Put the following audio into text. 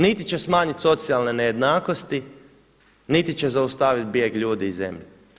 Niti će smanjiti socijalne nejednakosti niti će zaustaviti bijeg ljudi iz zemlje.